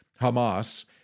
Hamas